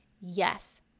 yes